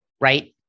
right